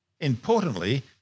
Importantly